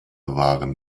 waren